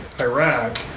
Iraq